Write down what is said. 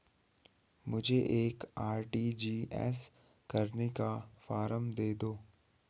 मुझे एक आर.टी.जी.एस करने का फारम दे दो?